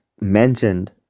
mentioned